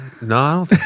No